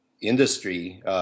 industry